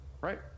right